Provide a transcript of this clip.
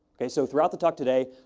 ok, so, throughout the talk today,